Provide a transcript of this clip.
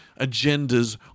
agendas